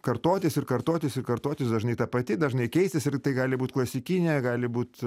kartotis ir kartotis ir kartotis dažnai ta pati dažnai keistis ir tai gali būt klasikinė gali būt